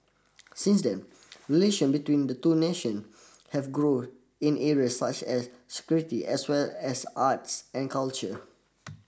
since then relation between the two nation have grow in areas such as security as well as arts and culture